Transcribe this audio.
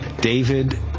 David